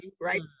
right